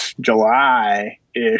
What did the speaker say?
July-ish